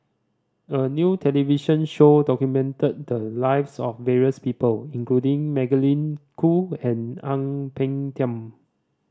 a new television show documented the lives of various people including Magdalene Khoo and Ang Peng Tiam